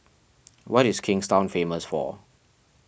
what is Kingstown famous for